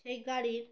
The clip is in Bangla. এই গাড়ির